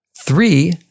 Three